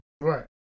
Right